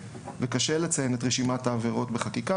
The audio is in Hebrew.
וקשה לציין את רשימת העבירות בחקיקה.